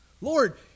Lord